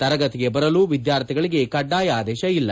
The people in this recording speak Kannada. ತರಗತಿಗೆ ಬರಲು ವಿದ್ಯಾರ್ಥಿಗಳು ಕಡ್ಡಾಯ ಆದೇಶ ಇಲ್ಲ